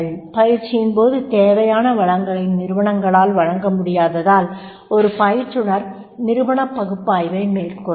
பயிற்சியின் போது தேவையான வளங்களை நிறுவனங்க்களால் வழங்க முடிந்தால்தான் ஒரு பயிற்றுனர் நிறுவன பகுப்பாய்வை மேற்கொள்வார்